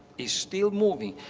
it's still moving.